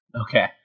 okay